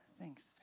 Thanks